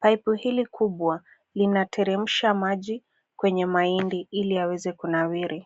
Paipu hili kubwa, linateremsha maji kwenye mahindi ili yaweze kunawiri.